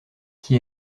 qui